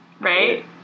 right